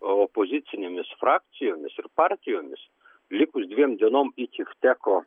opozicinėmis frakcijomis ir partijomis likus dviem dienom iki vteko